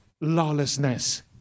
lawlessness